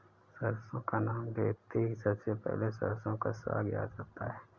सरसों का नाम लेते ही सबसे पहले सरसों का साग याद आता है